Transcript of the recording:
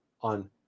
on